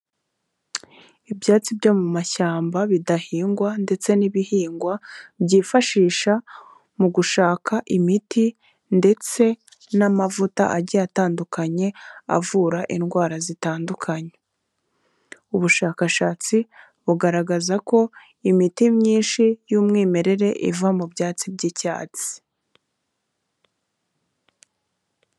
Ibyatsi byo mu mashyamba bidahingwa ndetse n'ibihingwa byifashisha mu gushaka imiti ndetse n'amavuta agiye atandukanye avura indwara zitandukanye, ubushakashatsi bugaragaza ko imiti myinshi y'umwimerere iva mu byatsi by'icyatsi.